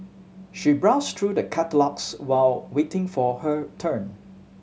she browsed through the catalogues while waiting for her turn